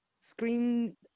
screen